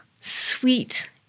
sweet